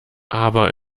aber